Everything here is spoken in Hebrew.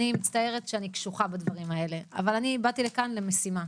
אני מצטערת שאני קשוחה בדברים האלה אבל אני באתי לכאן למשימה,